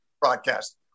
broadcast